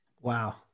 Wow